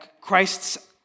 Christ's